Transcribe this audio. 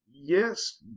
yes